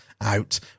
out